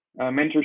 mentorship